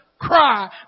cry